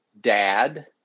dad